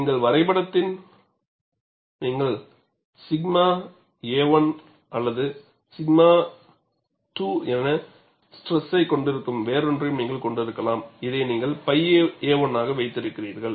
எங்கள் வரைபடத்தின்படி நீங்கள் 𝛔 1 அல்லது 𝛔 2 என ஸ்ட்ரெஸை கொண்டிருக்கும் வேறொன்றையும் நீங்கள் கொண்டிருக்கலாம் இதை நீங்கள் 𝝿a1 ஆக வைத்திருக்கிறீர்கள்